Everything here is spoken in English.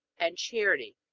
and charity,